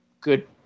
good